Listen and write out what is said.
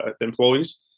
employees